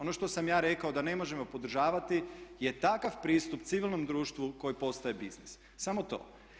Ono što sam ja rekao da ne možemo podržavati je takav pristup civilnom društvu koji postaje biznis, samo to.